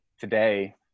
today